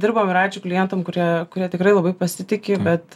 dirbom ir ačiū klientam kurie kurie tikrai labai pasitiki bet